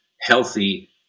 healthy